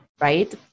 right